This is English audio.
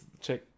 check